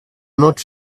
not